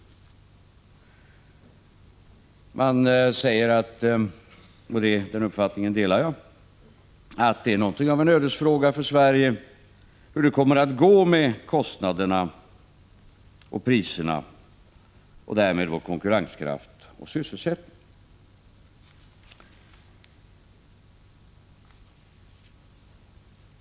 Man säger — och den uppfattningen delar jag — att det är något av en ödesfråga för Sverige hur det kommer att gå med kostnaderna och priserna och därmed konkurrenskraft och sysselsättning.